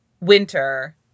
Winter